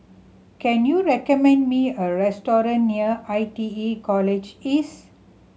can you recommend me a restaurant near I T E College East